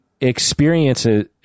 experiences